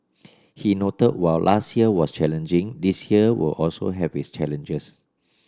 he noted while last year was challenging this year will also have its challenges